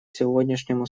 сегодняшнему